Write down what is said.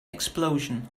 explosion